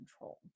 control